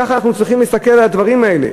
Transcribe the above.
ככה אנחנו צריכים להסתכל על הדברים האלה.